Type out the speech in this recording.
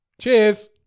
cheers